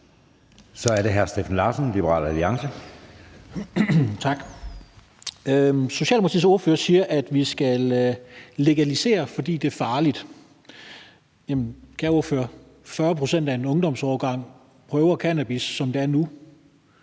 Kl. 17:19 Steffen Larsen (LA): Tak. Socialdemokratiets ordfører siger, at vi skal legalisere, fordi det er farligt. Jamen, kære ordfører, 40 pct. af en ungdomsårgang prøver cannabis, som det er nu.